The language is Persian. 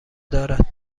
دارد